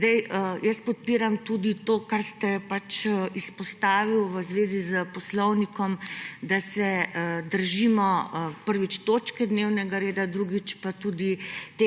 Jaz podpiram tudi to, kar ste izpostavil v zvezi s Poslovnikom, da se držimo prvič točke dnevnega reda, drugič pa tudi